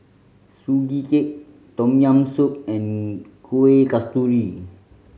Sugee Cake Tom Yam Soup and Kuih Kasturi